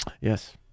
Yes